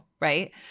right